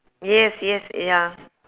yes yes ya